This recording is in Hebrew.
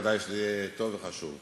ודאי שזה יהיה טוב וחשוב.